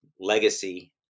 legacy